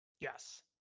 yes